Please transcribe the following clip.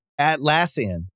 Atlassian